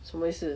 什么意思